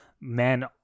men